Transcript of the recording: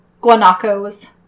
guanacos